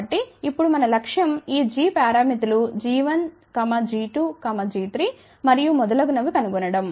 కాబట్టి ఇప్పుడు మన లక్ష్యం ఈ g పారామితులు g1g2g3 మరియు మొదలైనవి కనుగొనడం